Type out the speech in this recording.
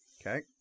Okay